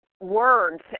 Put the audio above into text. words